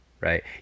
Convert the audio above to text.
right